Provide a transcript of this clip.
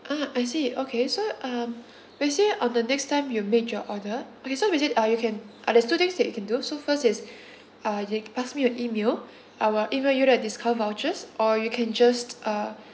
ah I see okay so um basically on the next time you make your order okay so basically uh you can uh there's two things that you can do so first is uh you pass me your email I'll email you the discount vouchers or you can just uh